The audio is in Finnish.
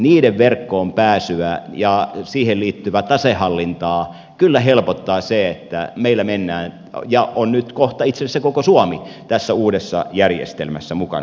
niiden verkkoon pääsyä ja siihen liittyvää tasehallintaa kyllä helpottaa se että meillä tähän mennään ja on nyt kohta itse asiassa koko suomi tässä uudessa järjestelmässä mukana